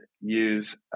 use